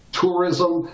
Tourism